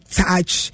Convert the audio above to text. touch